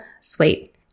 sweet